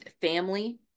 family